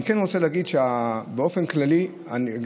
אני כן רוצה להגיד שבאופן כללי ההגעה